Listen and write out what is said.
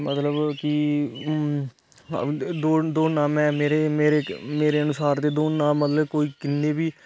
मतलब कि दौड़ना में मेरे अनुसार दे दौडना मतलब कोई किन्ने बी